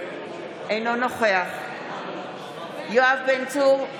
אינו נוכח יואב בן צור,